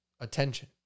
attention